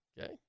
Okay